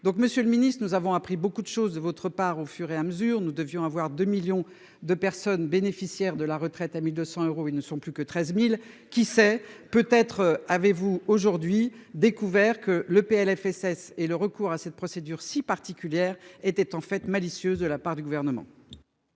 Donc Monsieur le Ministre, nous avons appris beaucoup de choses de votre part au fur et à mesure, nous devions avoir 2 millions de personnes bénéficiaires de la retraite à 1200 euros. Ils ne sont plus que 13.000. Qui sait. Peut être avez-vous aujourd'hui découvert que le PLFSS et le recours à cette procédure si particulière était en fait malicieuse de la part du gouvernement.